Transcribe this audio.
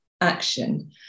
action